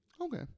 Okay